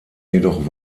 jedoch